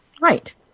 Right